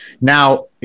now